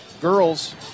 girls